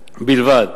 בלבד,